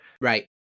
Right